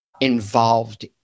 involved